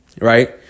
Right